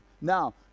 Now